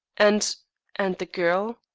and and the girl?